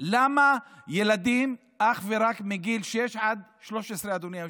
למה ילדים אך ורק מגיל שש עד 13, אדוני היושב-ראש?